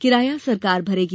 किराया सरकार भरेगी